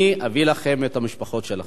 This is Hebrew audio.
אני אביא לכם את המשפחות שלכם.